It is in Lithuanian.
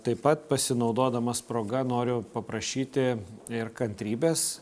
taip pat pasinaudodamas proga noriu paprašyti ir kantrybės